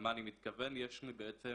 למה אני מתכוון יש לי בעצם